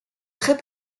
très